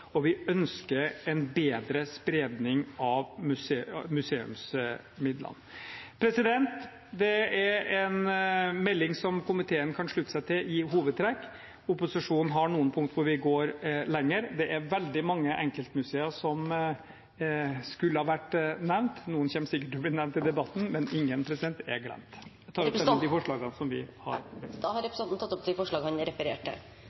og vi ønsker en bedre spredning av museumsmidlene. Det er en melding som komiteen kan slutte seg til i hovedtrekk. Opposisjonen har noen punkter der vi går lenger. Det er veldig mange enkeltmuseer som skulle ha vært nevnt. Noen kommer sikkert til å bli nevnt i debatten, men ingen er glemt. Jeg tar opp forslagene fra Arbeiderpartiet, Senterpartiet og SV. Representanten Trond Giske har tatt opp de forslagene han refererte til.